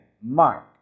mark